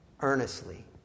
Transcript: earnestly